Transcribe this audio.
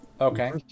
Okay